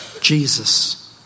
Jesus